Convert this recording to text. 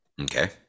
okay